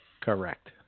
Correct